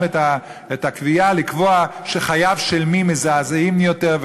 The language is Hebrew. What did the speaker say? את הקביעה חייו של מי חשובים יותר,